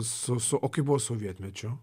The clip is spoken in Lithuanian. su su o kaip buvo sovietmečiu